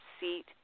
seat